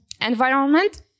environment